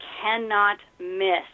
cannot-miss